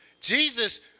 Jesus